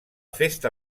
festa